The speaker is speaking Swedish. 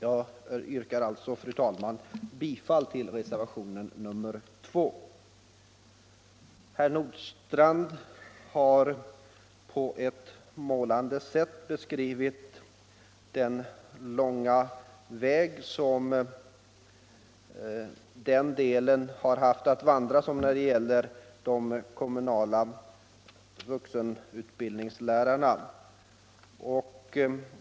Jag yrkar alltså, fru talman, bifall till reservationen 2. Herr Nordstrandh har på ett målande sätt beskrivit den långa väg man haft att vandra när det gällt den kommunala vuxenutbildningens lärartjänster.